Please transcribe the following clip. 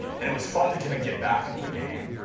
and it was fun to kind of get back into the game.